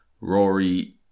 Rory